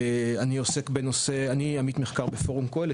אני עמית מחקר בפורום קהלת.